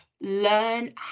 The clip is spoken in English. Learn